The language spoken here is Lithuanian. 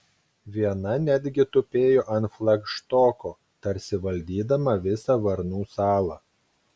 viena netgi tupėjo ant flagštoko tarsi valdydama visą varnų salą